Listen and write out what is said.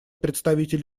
представитель